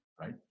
right